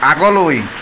আগলৈ